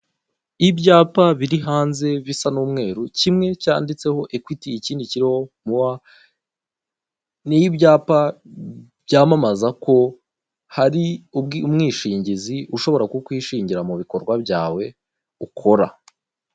Ibyapa biri hanze bisa n'umweru kimwe cyanditseho ekwiti ikindi kiriho muwa, ni ibyapa byamamaza ko hari umwishingizi ushobora kukwishingira mubikorwa byawe ukora.